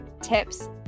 tips